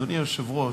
אדוני היושב-ראש,